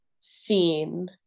seen